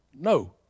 No